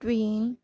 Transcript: twin